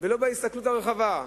ולא בהסתכלות הרחבה.